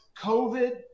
COVID